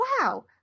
wow